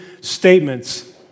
statements